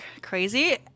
crazy